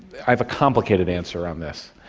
i have a complicated answer on this.